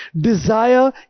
Desire